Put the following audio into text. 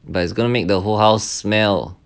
but it's going to make the whole house smell